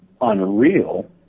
unreal